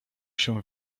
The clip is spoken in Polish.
się